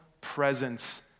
presence